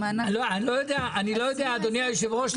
אדוני היושב ראש,